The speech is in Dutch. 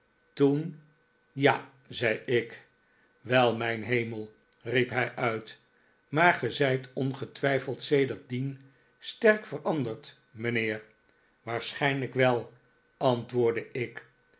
toen ja zei ik wel mijn hemel riep hij uit maar ge zijt ongetwijfeld sedertdien sterk veranderd mijnheer waarschijnlijk wel antwoordde ik